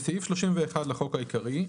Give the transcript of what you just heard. בסעיף 31 לחוק העיקרי,